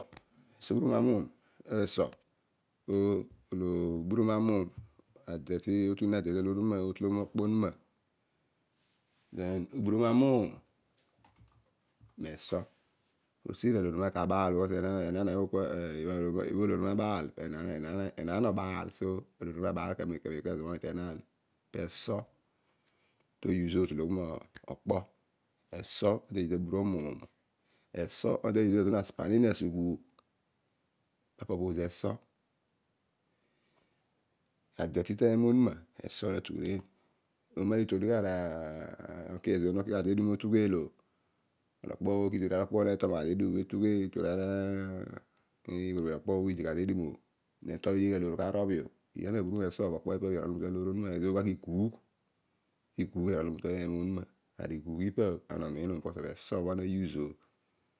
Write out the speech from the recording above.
Eso oburuom amuum po eso olo oburuom amuum otol adintu otugh uneen ta aloor onuma ootologhom okpo onuma. oburuom amuum maso osigha aloor ouuma kabaal because enaan aghol kua aloor onuma abaa kezobho enaan abaal o so aloor onuma abaal kamem kamem eso to uae ootologhom okpo. eso to usie oburuom muum. eso to use otologhom asi pani na suguugh. ipa okpo lo no use eso adeity teemu ouuma. eso natughuneen. omo itodigh ara kezo nokigha te- dum otughel o itodigh ara iwiri wiri okpo bho netolgha tedum o no okpo nedighi la loor karobhi o no nee eso po okpo ipa bho irol umu ta loor onuuma. no kolgha iguugh. piguugh irol mu taloor onuma. iguugh ipa eso bho ana use o